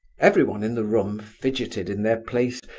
everyone in the room fidgeted in their places,